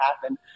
happen